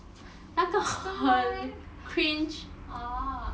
怎么 leh orh